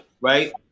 right